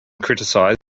criticised